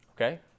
Okay